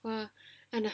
mm ya